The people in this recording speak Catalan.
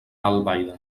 albaida